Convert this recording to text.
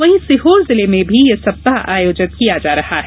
वहीं सीहोर जिले में भी यह सप्ताह आयोजित किया जा रहा है